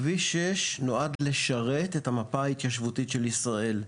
כביש 6 נועד לשרת את המפה ההתיישבותית של ישראל.